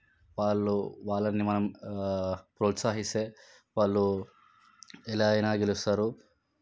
వాళ్ళు వాళ్ళని మనం ప్రోత్సహిస్తే వాళ్ళు ఎలా అయిన గెలుస్తారు